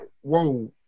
whoa